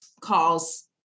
calls